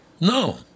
No